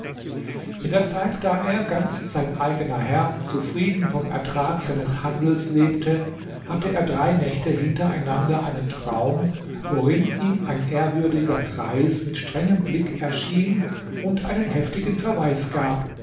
in der zeit da er ganz sein eigener herr zufrieden vom ertrag seines handels lebte hatte er drei nächte hintereinander einen traum worin ihm ein ehrwürdiger greis mit strengem blick erschien und einen heftigen verweis gab